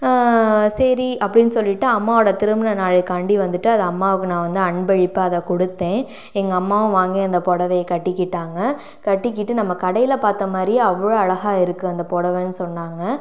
சரி அப்படின்னு சொல்லிவிட்டு அம்மாவோட திருமண நாளைக்காண்டி வந்துவிட்டு அது அம்மாவுக்கு நான் வந்து அன்பளிப்பாக அதை கொடுத்தேன் எங்கள் அம்மாவும் வாங்கி அந்த புடவைய கட்டிக்கிட்டாங்க கட்டிக்கிட்டு நம்ம கடையில் பார்த்தமாரியே அவ்வளோ அழகாக இருக்கு அந்த புடவன்னு சொன்னாங்க